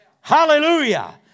Hallelujah